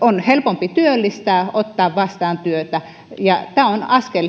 on helpompi työllistää ottaa vastaan työtä tämä on